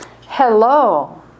Hello